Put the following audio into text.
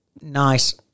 nice